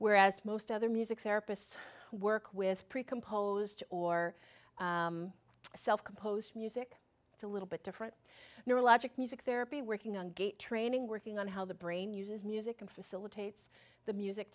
whereas most other music therapists work with pre composed or composed music it's a little bit different neurologic music therapy working on gait training working on how the brain uses music and facilitates the music